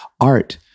art